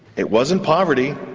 it wasn't poverty,